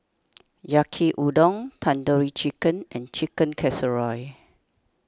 Yaki Udon Tandoori Chicken and Chicken Casserole